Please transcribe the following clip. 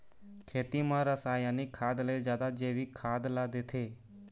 खेती म रसायनिक खाद ले जादा जैविक खाद ला देथे